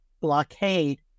blockade